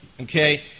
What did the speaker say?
okay